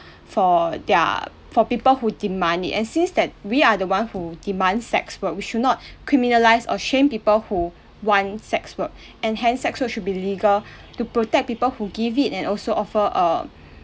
for their for people who demand it and since that we are the one who demand sex work we should not criminalised or shamed people who want sex work and hence sex work should be legal to protect people who give it and also offer uh